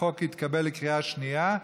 החוק התקבל בקריאה שנייה.